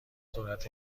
سرعت